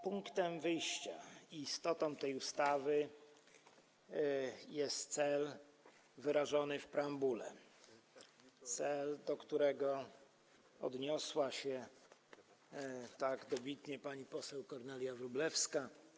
Punktem wyjścia i istotą tej ustawy jest cel wyrażony w preambule, cel, do którego odniosła się tak dobitnie pani poseł Kornelia Wróblewska.